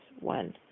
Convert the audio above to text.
one